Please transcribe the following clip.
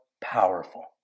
powerful